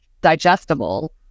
digestible